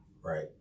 Right